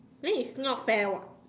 then it's not fair [what]